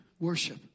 worship